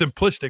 simplistic